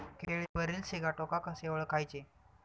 केळीवरील सिगाटोका कसे ओळखायचे?